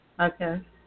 Okay